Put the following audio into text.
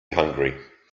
hungry